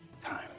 Time